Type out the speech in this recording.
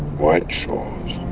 white shores,